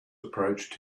approached